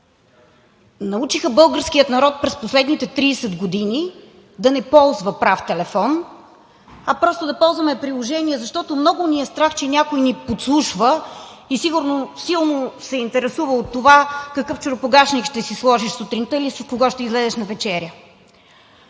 научиха българския народ през последните 30 години да не ползва прав телефон, а просто да ползваме приложения, защото много ни е страх, че някой ни подслушва и сигурно силно се интересува от това какъв чорапогащник ще си сложиш сутринта или с кого ще излезеш на вечеря.